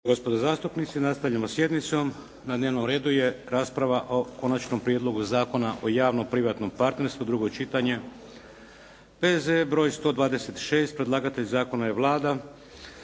gospodo zastupnici nastavljamo sjednicom. Na redu je rasprava o: - Konačni prijedlog zakona o javno-privatnom partnerstvu, drugo čitanje, P.Z.E. br. 126 Predlagatelj zakona je Vlada.